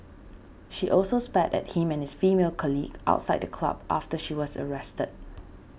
she also spat at him and his female colleague outside the club after she was arrested